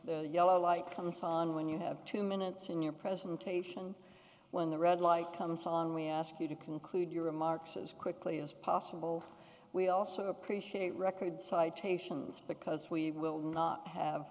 yellow light comes on when you have two minutes in your presentation when the red light comes on we ask you to conclude your remarks as quickly as possible we also appreciate record citations because we will not